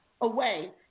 away